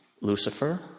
Lucifer